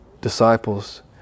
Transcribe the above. disciples